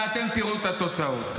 ואתם תראו את התוצאות.